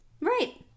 Right